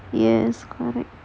yes correct